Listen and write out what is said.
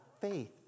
faith